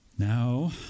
Now